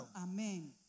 Amen